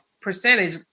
percentage